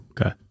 Okay